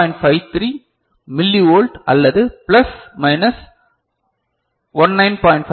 53 millivolt அல்லது plus minus 19